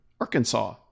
Arkansas